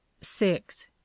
Six